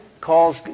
calls